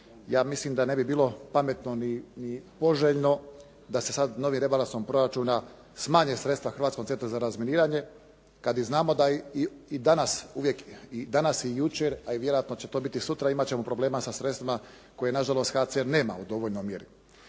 Ja mislim da ne bi bilo pametno ni poželjno da se sa novim rebalansom proračuna smanje sredstva Hrvatskog centra za razminiranje kad znamo i danas i jučer, a i vjerojatno će to biti sutra, imat ćemo problema sa sredstvima koje nažalost HCR nema u dovoljnoj mjeri.